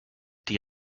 die